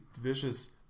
vicious